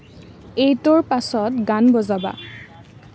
এইটোৰ পাছত গান বজাবা